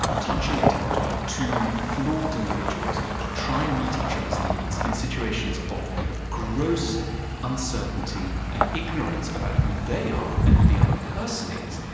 touching attempt by two flawed individuals to try and meet each other's needs in situations of gross uncertainty and ignorance about who they are and who the other person is,